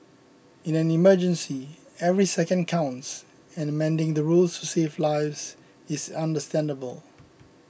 in an emergency every second counts and amending the rules to save lives is understandable